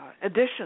addition